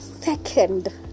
second